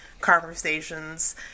Conversations